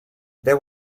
there